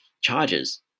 charges